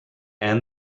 and